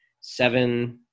seven